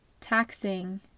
taxing